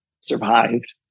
survived